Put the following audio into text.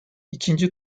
ikinci